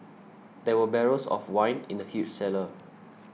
there were barrels of wine in the huge cellar